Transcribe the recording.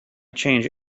change